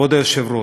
כבוד היושב-ראש,